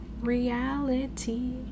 Reality